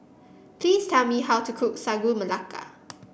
please tell me how to cook Sagu Melaka